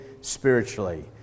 spiritually